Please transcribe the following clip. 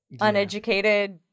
uneducated